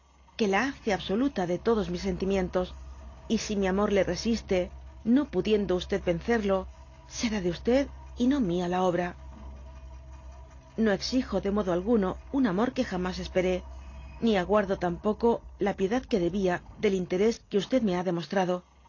que la hace absoluta de todos mis sentimientos y si mi amor le resiste no pudiendo s vencerlo será de y no mia la obra no exfgo de modo alguno un amor que jamas esperé ni aguardo tampoco la piedad que debía del interés que me ha demostrado